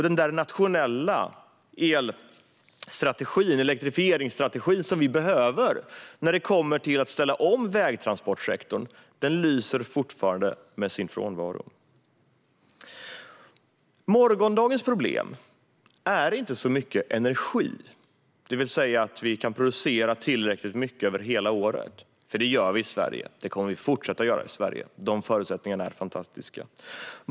Den nationella elektrifieringsstrategin, som vi behöver för att ställa om vägtransportsektorn, lyser fortfarande med sin frånvaro. Morgondagens problem handlar inte så mycket om energi - att vi kan producera tillräckligt mycket el över hela året. Det gör vi nämligen i Sverige och det kommer vi att fortsätta göra. De förutsättningarna är fantastiska.